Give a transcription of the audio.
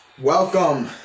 Welcome